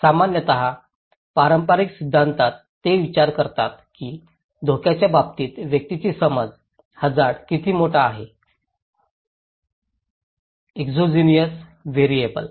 सामान्यत पारंपारिक सिद्धांतात ते विचार करतात की धोक्याच्या बाबतीत व्यक्तीची समज हझार्ड किती मोठा आहे एक्सोजेनस व्हेरिएबल